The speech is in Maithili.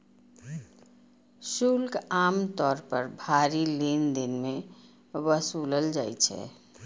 शुल्क आम तौर पर भारी लेनदेन मे वसूलल जाइ छै